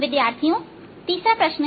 विद्यार्थियों तीसरा प्रश्न है